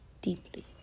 deeply